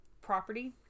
property